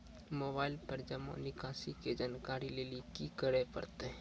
Mobile पर जमा निकासी के जानकरी लेली की करे परतै?